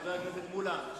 חבר הכנסת מולה,